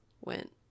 went